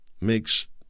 makes